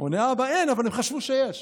עונה האבא: אין, אבל הם חשבו שיש.